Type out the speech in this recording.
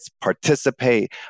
participate